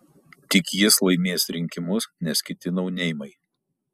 tik jis laimės rinkimus nes kiti nauneimai